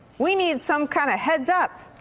we need some kind of heads up.